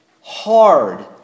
hard